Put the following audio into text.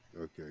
Okay